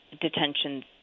detentions